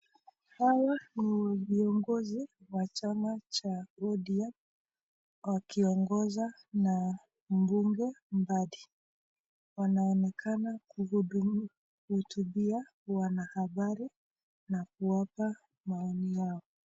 Hawa ni wa viongozi wa chama cha ODM , wakiongozwa na mbunge Mbari. Wanaonekana kuhutubia wanahabari , na kuwapa maoni yao.